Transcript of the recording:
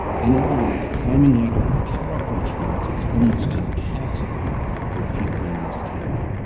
in other words, climbing out of impoverishment is almost impossible for people in this county.